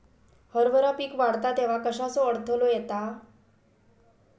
हरभरा पीक वाढता तेव्हा कश्याचो अडथलो येता?